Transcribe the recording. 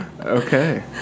Okay